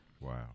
Wow